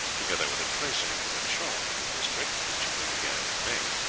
together with a tracing from a chart of the district, which he began to make.